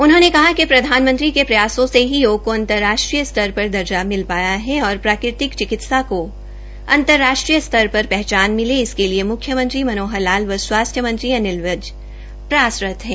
उन्होने कहा कि प्रधानमंत्री के प्रयासों से ही योग को अंर्तराष्ट्रीय स्तर पर दर्जा मिल पाया है ओर प्राकृतिक चिकित्सा को अंर्तराष्ट्रीय स्तर पर पहचान मिले इसके लिए मुख्यमंत्री मनोहर लाल व स्वास्थ्य मंत्री अनिल विज प्रयासरत है